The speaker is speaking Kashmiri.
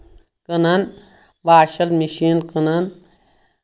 کٕنان واشل مِشیٖن کٕنان